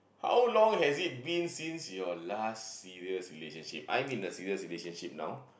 how long has it been since your last serious relationship I'm in a serious relationship now